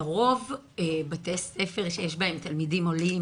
לרוב בתי הספר שיש בהם תלמידים עולים,